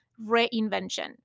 reinvention